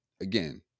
again